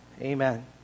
Amen